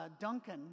Duncan